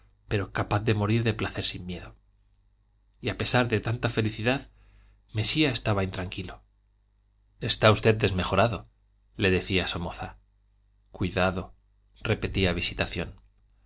pero capaz de morir de placer sin miedo y a pesar de tanta felicidad mesía estaba intranquilo está usted desmejorado le decía somoza cuidado repetía visitación